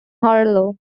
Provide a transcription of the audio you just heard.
harlow